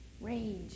rage